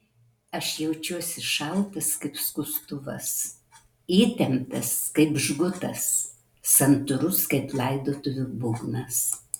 aš jaučiuosi šaltas kaip skustuvas įtemptas kaip žgutas santūrus kaip laidotuvių būgnas